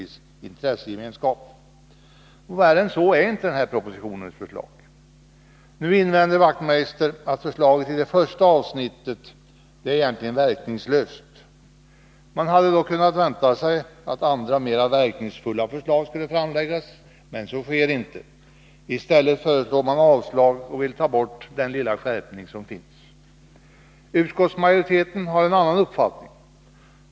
Nu invände Knut Wachtmeister att förslaget i första avsnittet är verkningslöst. Man kunde då ha väntat sig att det skulle framläggas andra och mer verkningsfulla förslag, men så sker inte. I stället föreslår man avslag och vill ta bort den ifrågavarande lilla skärpningen. Utskottsmajoriteten har en annan uppfattning.